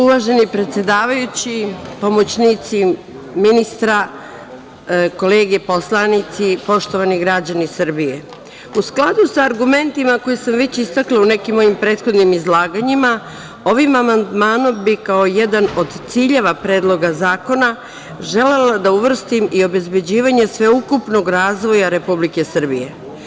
Uvaženi predsedavajući, pomoćnici ministra, kolege poslanici, poštovani građani Srbije, u skladu sa argumentima koje sam već istakla u nekim mojim prethodnim izlaganjima, ovim amandmanom bih kao jedan od ciljeva Predloga zakona želela da uvrstim i obezbeđivanje sveukupnog razvoja Republike Srbije.